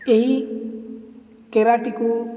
ଏହି କରାଟିକୁ